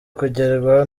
kugerwaho